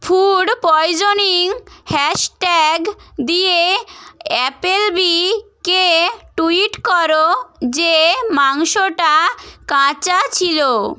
food poisoning hashtag দিয়ে Applebee কে tweet করো যে মাংসটা কাঁচা ছিলো